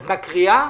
את מקריאה?